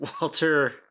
Walter